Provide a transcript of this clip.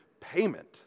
payment